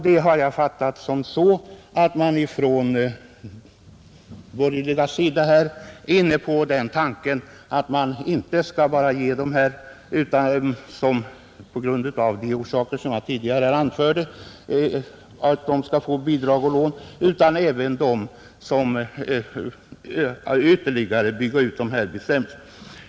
Det har jag fattat så att man från de borgerligas sida är inne på den tanken att vi inte bara skall ge de här jordbrukarna bidrag och lån utan även ytterligare bygga ut dessa bestämmelser.